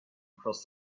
across